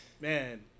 Man